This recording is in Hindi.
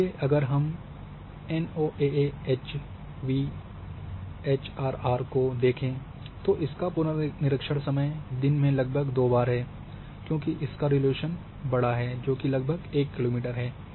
इसलिए अगर हम एनओएए एवीएचआरआर को देखें तो इसका पुनर्निरीक्षण समय दिन में लगभग दो बार है क्योंकि इसका रिज़ॉल्यूशन बड़ा है जोकि लगभग 1 किलोमीटर है